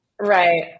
Right